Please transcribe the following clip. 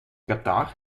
qatar